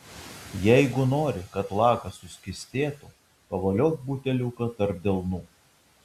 jeigu nori kad lakas suskystėtų pavoliok buteliuką tarp delnų